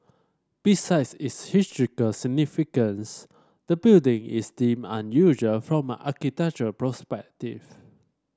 besides its historical significance the building is deemed unusual from an architectural perspective